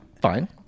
fine